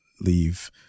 leave